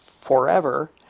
forever